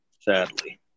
sadly